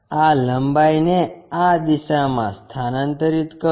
આ લંબાઈને આ દિશામાં સ્થાનાંતરિત કરો